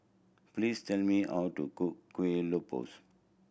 please tell me how to cook Kuih Lopes